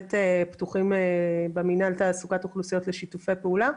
בהחלט פתוחים במנהל תעסוקת אוכלוסיות לשיתופי פעולה,